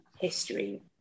history